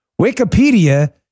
Wikipedia